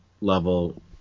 level